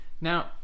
Now